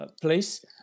Place